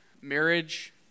marriage